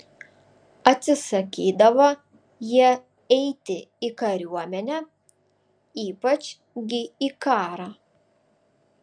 atsisakydavo jie eiti į kariuomenę ypač gi į karą